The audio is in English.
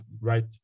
right